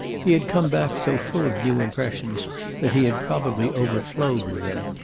he had come back so full of new impressions that he had probably overflowed with them.